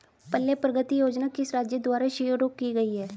पल्ले प्रगति योजना किस राज्य द्वारा शुरू की गई है?